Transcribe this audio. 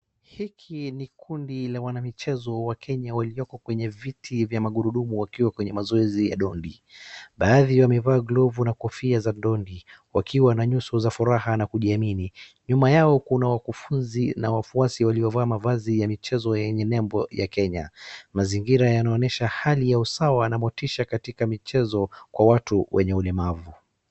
Hiki ni kundi la wanamichezo wa Kenya walioko kwenye viti vya magurudumu wakiwa kwenye mazoezi ya dondi, baadhi wamevaa glovu na kofia za dondi, wakiwa na nyuso za furaha na kujiamini, nyuma yao kuna wakufunzi na wafwasi waliovaa mavazi ya michezo yenye nembwe ya Kenya, mazingira yanaonyesha hali ya usawa na motisha katika michezo kwa watu wenye ulemavu.